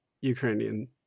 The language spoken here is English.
Ukrainian